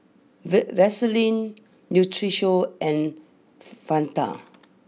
V Vaseline Nutrisoy and Fanta